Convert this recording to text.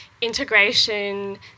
integration